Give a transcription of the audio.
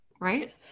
right